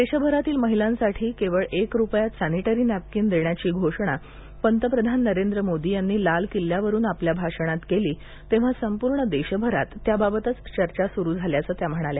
देशभरातील महिलांसाठी केवळ एक रुपयात सॅनिटरी नॅपकिन देण्याची घोषणा पंतप्रधान नरेंद्र मोदी यांनी लाल किल्ल्यावरुन आपल्या भाषणात केली तेव्हा संपूर्ण देशभरात त्याबाबत चर्चा सुरु झाल्याचं त्या म्हणाल्या